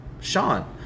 Sean